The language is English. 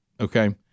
Okay